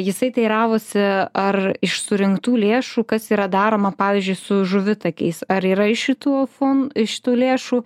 jisai teiravosi ar iš surinktų lėšų kas yra daroma pavyzdžiui su žuvitakiais ar yra iš šitų fon iš tų lėšų